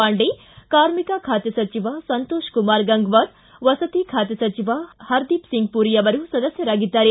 ಪಾಂಡೆ ಕಾರ್ಮಿಕ ಬಾತೆ ಸಚಿವ ಸಂತೋಷ್ಕುಮಾರ್ ಗಂಗ್ವಾರ್ ಹಾಗೂ ವಸತಿ ಖಾತೆ ಸಚಿವ ಹರ್ದೀಪ್ ಸಿಂಗ್ ಪುರಿ ಅವರು ಸದಸ್ಯರಾಗಿದ್ದಾರೆ